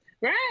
Right